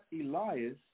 Elias